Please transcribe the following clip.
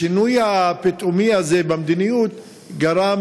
השינוי הפתאומי הזה במדיניות גרם